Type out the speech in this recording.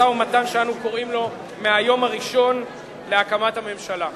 משא-ומתן שאנו קוראים לו מהיום הראשון להקמת הממשלה.